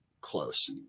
close